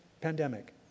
pandemic